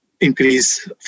increase